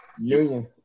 Union